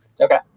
Okay